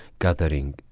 gathering